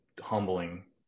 humbling